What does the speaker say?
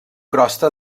crosta